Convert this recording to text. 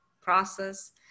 process